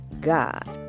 god